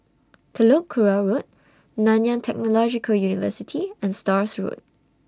Telok Kurau Road Nanyang Technological University and Stores Road